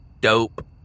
dope